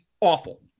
awful